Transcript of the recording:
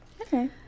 Okay